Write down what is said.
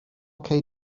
cei